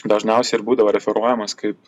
dažniausiai ir būdavo referuojamas kaip